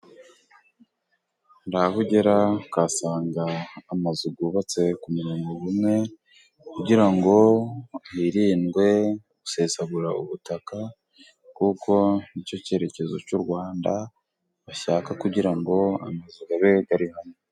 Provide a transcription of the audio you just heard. Hari aho ugera ukahasanga amazu y' ubatse ku mironko umwe, kugira ngo hirindwe gusesagura ubutaka, kuko nicyo cyerekezo cy' u Rwanda, bashaka kugira ngo amazu abe ari hamwe.